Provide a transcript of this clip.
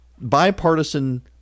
Bipartisan